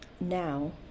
now